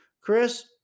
Chris